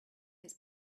his